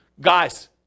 guys